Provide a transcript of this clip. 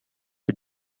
für